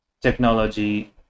technology